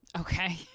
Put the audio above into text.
okay